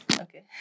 Okay